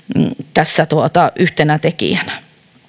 tässä yhtenä tekijänä